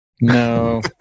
No